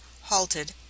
halted